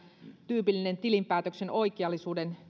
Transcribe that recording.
tyypillinen tilinpäätöksen oikeellisuuden